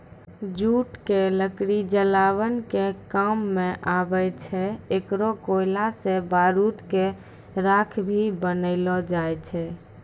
jute के लकड़ी जलावन के काम मॅ आवै छै, एकरो कोयला सॅ बारूद के राख भी बनैलो जाय छै